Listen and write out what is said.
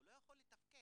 הוא לא יכול לתפקד,